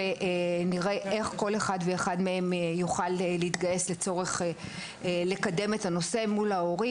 ונראה איך כל אחד ואחד מהם יוכל להתגייס לקדם את הנושא מול ההורים.